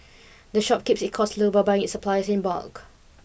the shop keeps its costs low by buying its supplies in bulk